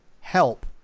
help